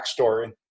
backstory